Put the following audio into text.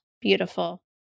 beautiful